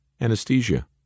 anesthesia